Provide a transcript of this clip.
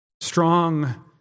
strong